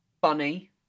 funny